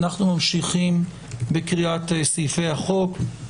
אנחנו ממשיכים בקריאת סעיפי החוק.